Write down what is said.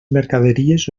mercaderies